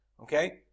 Okay